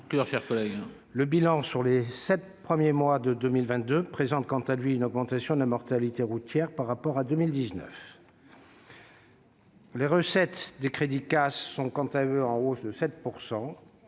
Le bilan sur les sept premiers mois de 2022 présente quant à lui une augmentation de la mortalité routière par rapport à 2019. Les recettes et les crédits du CAS sont en hausse de 7 %.